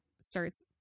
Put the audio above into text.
starts